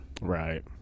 Right